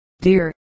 dear